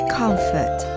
comfort